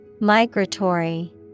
Migratory